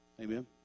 Amen